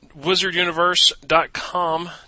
Wizarduniverse.com